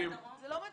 זה לא מציאות.